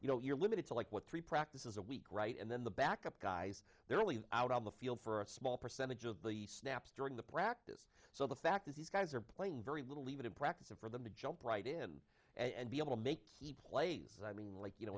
you know you're limited to like what three practice is a week right and then the backup guys they're only out on the field for a small percentage of the snaps during the practice so the fact is these guys are playing very little even in practice and for them to jump right in and be able to make he plays i mean like you know